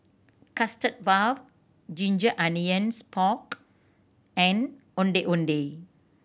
Custard Puff ginger onions pork and Ondeh Ondeh